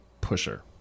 pusher